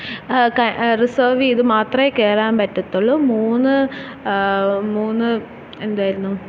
reserve ചെയ്തു മാത്രമേ കയറാൻ പറ്റത്തുള്ളൂ മൂന്ന് മൂന്ന് എന്തായിരുന്നു